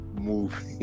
movie